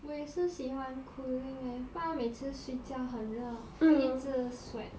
我也是喜欢 cooling leh 不然每次睡觉很热会一直 sweat